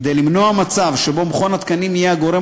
כדי למנוע מצב שבו מכון התקנים יהיה הגורם